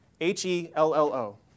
H-E-L-L-O